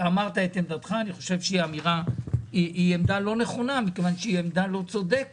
אני חושב שהיא עמדה לא נכונה, כי היא לא צודקת.